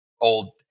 old